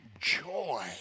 joy